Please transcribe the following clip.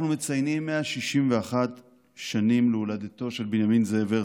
אנחנו מציינים 161 שנים להולדתו של בנימין זאב הרצל,